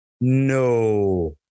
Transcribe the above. No